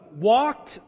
walked